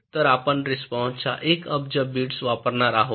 तर आपण रिस्पॉन्साच्या 1 अब्ज बिट्स वापरणार आहोत